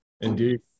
Indeed